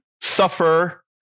suffer